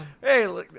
hey